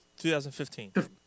2015